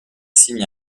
signe